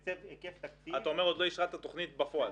היקף תקציב --- ואתה אומר שעוד לא אישרה את התוכנית בפועל?